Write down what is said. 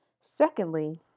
Secondly